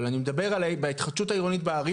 אבל אני מדבר בהתחדשות העירונית בערים